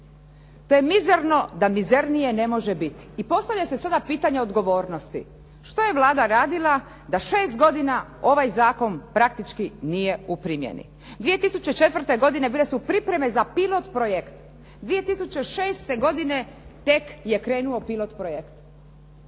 To je mizerno da mizernije ne može biti. I postavlja se sada pitanje odgovornosti što je Vlada radila da šest godina ovaj zakon praktički nije u primjeni. 2004. godine bile su pripreme za pilot projekt. 2006. godine tek je krenuo pilot projekt.